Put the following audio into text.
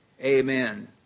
Amen